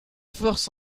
force